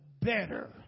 better